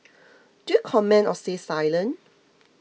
do you comment or stay silent